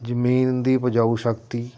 ਜਮੀਨ ਦੀ ਉਪਜਾਊ ਸ਼ਕਤੀ